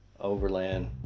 Overland